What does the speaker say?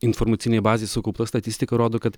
informacinėje bazėje sukaupta statistika rodo kad